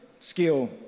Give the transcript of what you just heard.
skill